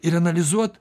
ir analizuot